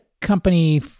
company